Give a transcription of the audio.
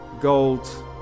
gold